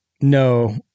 no